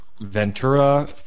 Ventura